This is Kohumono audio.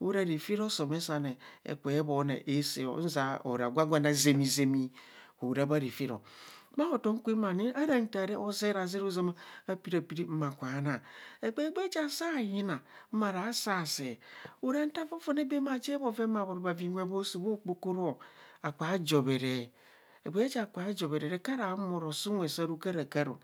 Refe osumeaane ekubwe bhone o nzia ara gwa gwane azami zami aran bha refero. Bha hotam kwem ani arantaa re, ho zereazere ozama a peri a piri ma kubha naa egbe gbee ja saa yina, mara saa see ara nta fọfone baam bha jer bhoven bha bhoro bhavaa inwe bho saa bho kpokoro aka jobheree. Egbee ja kubha jobhere re akara humo rasee unwe sa rokạrạkạ ro